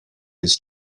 his